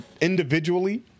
individually